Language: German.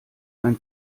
ein